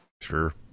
Sure